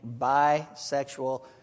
bisexual